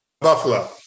Buffalo